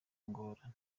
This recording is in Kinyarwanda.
ngorane